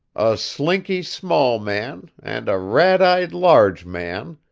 a slinky small man, and a rat-eyed large man,